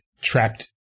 trapped